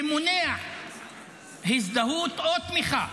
שמונע הזדהות או תמיכה.